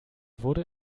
wurde